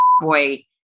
boy